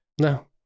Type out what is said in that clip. No